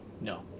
No